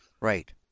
Right